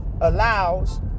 allows